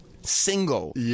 single